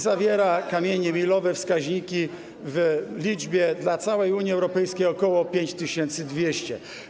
Zawiera on kamienie milowe, wskaźniki w liczbie dla całej Unii Europejskiej ok. 5200.